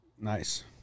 Nice